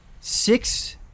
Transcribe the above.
six